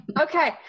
Okay